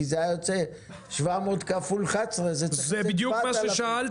כי זה היה יוצא 700 כפול 11. זה מעל 7,000. זה בדיוק מה ששאלתי.